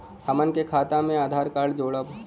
हमन के खाता मे आधार कार्ड जोड़ब?